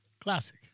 classic